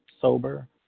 sober